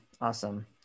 awesome